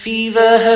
Fever